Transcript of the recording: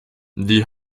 die